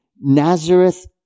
Nazareth